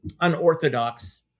unorthodox